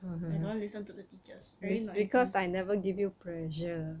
I don't want listen to the teachers very nosy